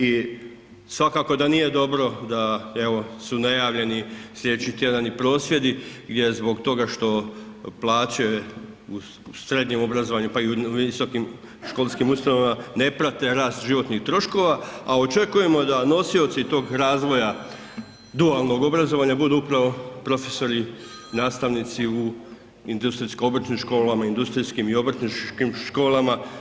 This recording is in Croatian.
I svakako da nije dobro da evo su najavljeni sljedeći tjedan i prosvjedi zbog toga što plaće u srednjem obrazovanju pa i u visokim školskim ustanovama ne prate rast životnih troškova, a očekujemo da nosioci tog razvoja dualnog obrazovanja budu upravo profesori, nastavnici u obrtnim školama, industrijskim i obrtničkim školama.